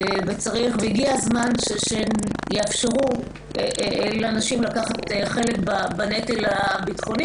הגיע הזמן שיאפשרו לנשים לקחת חלק בנטל הביטחוני,